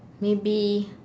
maybe